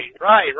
right